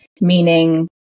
meaning